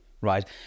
right